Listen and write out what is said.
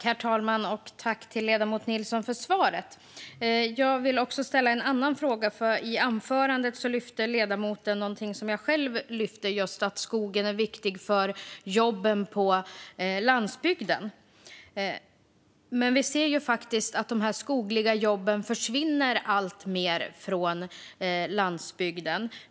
Herr talman! Tack, ledamoten Nilsson, för svaret! Jag vill ställa en annan fråga. I anförandet lyfte ledamoten fram något som jag själv lyfte fram. Det är att skogen är viktig för jobben på landsbygden. Vi ser att de skogliga jobben försvinner alltmer från landsbygden.